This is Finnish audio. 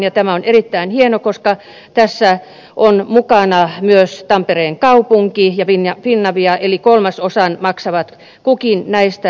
ja tämä on erittäin hienoa koska tässä ovat mukana myös tampereen kaupunki ja finavia eli kolmasosan maksavat kukin näistä